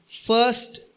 First